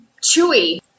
Chewy